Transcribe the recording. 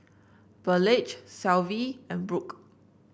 Burleigh Shelvie and Brook